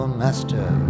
master